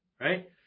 right